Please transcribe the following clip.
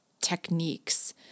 techniques